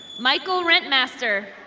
michael rentmaster.